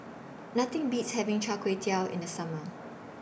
Nothing Beats having Char Kway Teow in The Summer